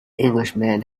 englishman